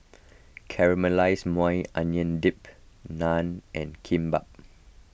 Caramelized Maui Onion Dip Naan and Kimbap